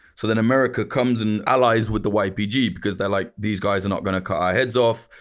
so then america comes and allies with the ypg because they're like, these guys are not going to cut our heads off.